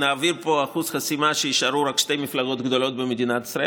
נעביר פה אחוז חסימה שיישארו רק שתי מפלגות גדולות במדינת ישראל.